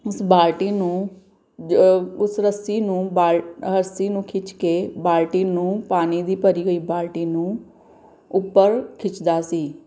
ਉਸ ਬਾਲਟੀ ਨੂੰ ਉਸ ਰੱਸੀ ਨੂੰ ਬਾਲ ਰੱਸੀ ਨੂੰ ਖਿੱਚ ਕੇ ਬਾਲਟੀ ਨੂੰ ਪਾਣੀ ਦੀ ਭਰੀ ਹੋਈ ਬਾਲਟੀ ਨੂੰ ਉੱਪਰ ਖਿੱਚਦਾ ਸੀ